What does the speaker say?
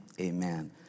amen